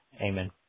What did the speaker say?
amen